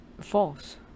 False